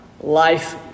life